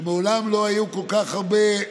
שמעולם לא היו כל כך הרבה התערבויות,